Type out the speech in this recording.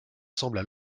semblent